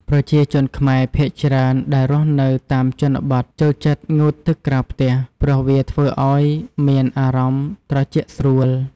ប្រជាជនខ្មែរភាគច្រើនដែលរស់នៅតាមជនបទចូលចិត្តងូតទឹកក្រៅផ្ទះ ព្រោះវាធ្វើឱ្យមានអារម្មណ៍ត្រជាក់ស្រួល។